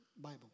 Bible